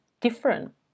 different